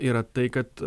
yra tai kad